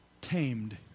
tamed